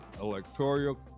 electoral